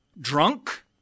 drunk